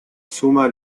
suma